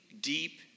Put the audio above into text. deep